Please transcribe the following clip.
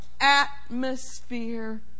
atmosphere